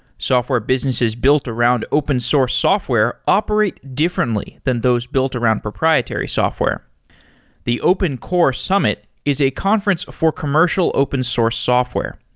software businesses built around open source software operate differently than those built around proprietary software the open core summit is a conference for commercial open source software.